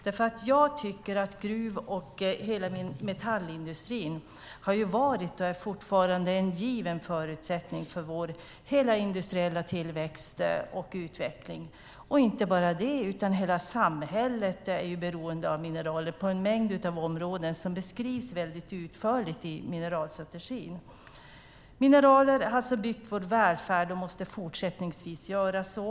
Jag tycker nämligen att gruv och hela metallindustrin har varit och fortfarande är en given förutsättning för vår hela industriella tillväxt och utveckling. Inte bara det: Hela samhället är ju beroende av mineraler på en mängd områden som beskrivs väldigt utförligt i mineralstrategin. Mineraler har alltså byggt vår välfärd och måste fortsättningsvis göra så.